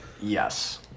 Yes